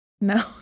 no